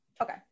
okay